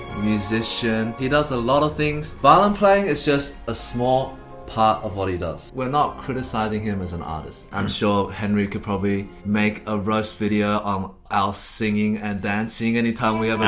musician. he does a lot of things. violin playing is just a small part of what he does. we're not criticizing him as an artist. i'm sure henry could probably make a roast video on our singing and dancing anytime we've and